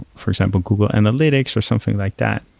for example, google analytics or something like that,